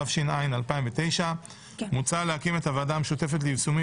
התש"ע 2009. מוצע להקים את הוועדה המשותפת ליישומים